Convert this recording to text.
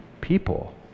people